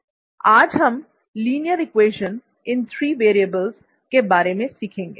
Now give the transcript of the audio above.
आज हम linear equation in three variables के बारे में सीखेंगे